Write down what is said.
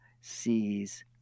sees